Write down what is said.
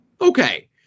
Okay